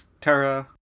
Terra